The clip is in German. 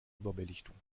überbelichtung